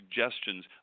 suggestions